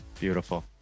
Beautiful